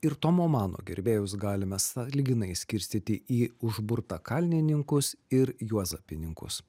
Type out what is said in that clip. ir tomo mano gerbėjus galime sąlyginai skirstyti į užburtakalnininkus ir juozapininkus